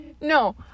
no